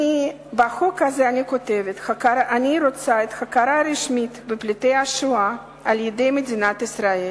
בחוק הזה אני רוצה הכרה רשמית בפליטי השואה על-ידי מדינת ישראל.